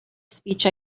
speech